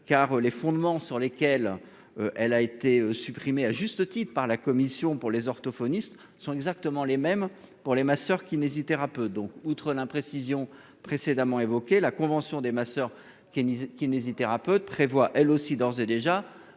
car les fondements sur lesquels elle a été supprimée, à juste titre par la Commission pour les orthophonistes sont exactement les mêmes pour les masseurs qui n'hésitera peut donc outre l'imprécision précédemment évoqué la convention des ma soeur qui est une idée kinésithérapeute prévoit elle aussi d'ores et déjà.